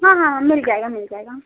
हाँ हाँ हाँ मिल जाएगा मिल जाएगा